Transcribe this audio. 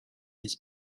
his